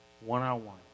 One-on-one